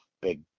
big